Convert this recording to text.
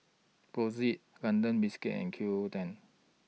Brotzeit London Biscuits and Q O O ten